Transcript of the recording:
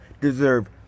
deserve